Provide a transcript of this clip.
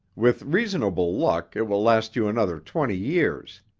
with reasonable luck it will last you another twenty years,